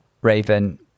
Raven